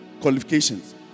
qualifications